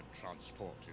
transport